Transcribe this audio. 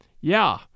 Yeah